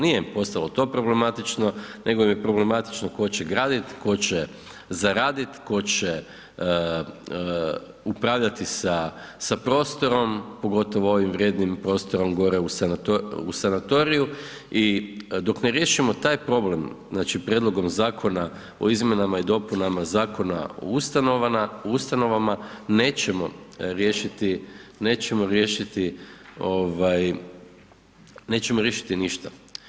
Nije im postalo to problematično, nego im je problematično tko će graditi, tko će zaraditi, tko će upravljati sa prostorom, pogotovo ovim vrijednim prostorom gore u sanatoriju i dok ne riješimo taj problem, znači Prijedlogom zakona o izmjenama i dopunama Zakona o ustanovama nećemo riješiti, nećemo riješiti ništa.